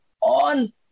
on